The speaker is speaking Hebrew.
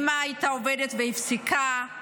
האימא עבדה והפסיקה.